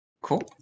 Cool